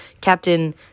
captain